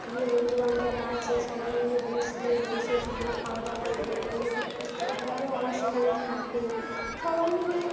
গিয়ে বন্ধুবান্ধবরা আছে সবাই মিলে বসব বসে সেখানে খাওয়া দাওয়া করব এমনকি পরিবারও আমার সেখানে থাকবে সবাই মিলে